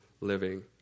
living